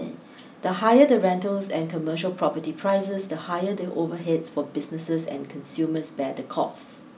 the higher the rentals and commercial property prices the higher the overheads for businesses and consumers bear the costs